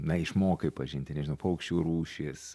na išmokai pažinti nežinau paukščių rūšis